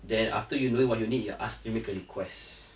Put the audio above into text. then after you know what you need to ask to make a request